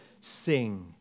sing